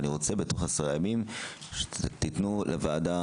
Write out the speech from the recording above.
אבל אני רוצה שבתוך העשרה ימים תיתנו לוועדה,